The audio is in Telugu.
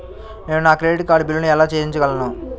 నేను నా క్రెడిట్ కార్డ్ బిల్లును ఎలా చెల్లించగలను?